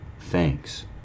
Thanks